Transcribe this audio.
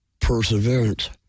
Perseverance